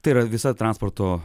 tai yra visa transporto